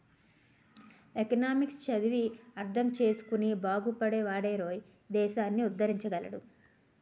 economics చదివి అర్థం చేసుకుని బాగుపడే వాడేరోయ్ దేశాన్ని ఉద్దరించగలడు